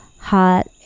hot